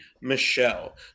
Michelle